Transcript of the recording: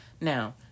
Now